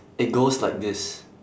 it goes like this